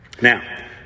Now